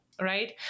right